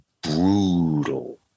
Brutal